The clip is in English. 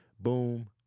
Boom